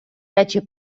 речі